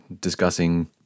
discussing